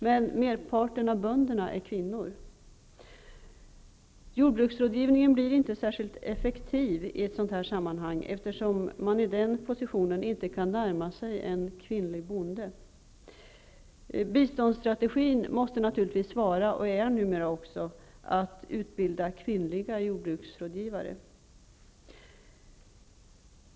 Men merparten av bönderna är kvinnor. Jordbruksrådgivningen blir inte särskilt effektiv i ett sådant sammanhang, eftersom man i den positionen inte kan närma sig en kvinnlig bonde. Biståndsstrategin måste naturligtvis vara -- och är numera också -- att utbilda kvinnliga jordbruksrådgivare.